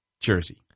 Jersey